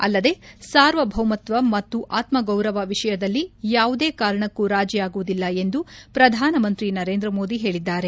ಅಲ್ಲದೆ ಸಾರ್ವಭೌಮತ್ವ ಮತ್ತು ಆತ್ಮ ಗೌರವ ವಿಷಯದಲ್ಲಿ ಯಾವುದೇ ಕಾರಣಕ್ಕೂ ರಾಜಿಯಾಗುವುದಿಲ್ಲ ಎಂದು ಪ್ರಧಾನಮಂತ್ರಿ ನರೇಂದ್ರ ಮೋದಿ ಹೇಳಿದ್ದಾರೆ